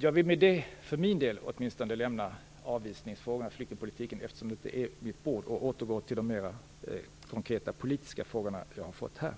Jag vill med detta för min del lämna avvisningsfrågorna och flyktingpolitiken, som ju inte är mitt bord, och återgå till de mera konkreta politiska frågor jag har fått här.